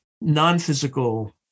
non-physical